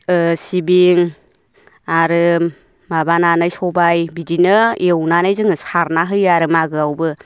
सिबिं आरो माबानानै सबाइ बिदिनो एवनानै जोङो सारना होयो आरो मागोआवबो